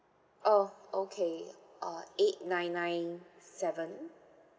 oh okay uh eight nine nine seven